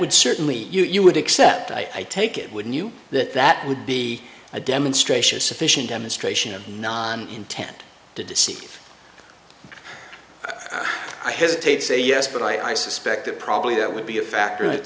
would certainly you would accept i take it would new that that would be a demonstration of sufficient demonstration of non intent to deceive i hesitate to say yes but i suspect that probably that would be a factor that